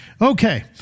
Okay